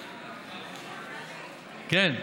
כן.